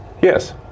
Yes